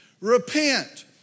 Repent